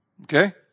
Okay